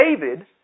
David